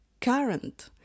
current